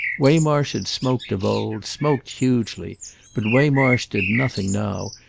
waymarsh had smoked of old, smoked hugely but waymarsh did nothing now,